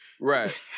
right